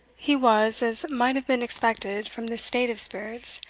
he was, as might have been expected from this state of spirits,